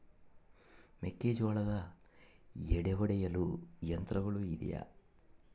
ಮೆಕ್ಕೆಜೋಳದ ಎಡೆ ಒಡೆಯಲು ಯಂತ್ರಗಳು ಇದೆಯೆ?